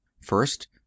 first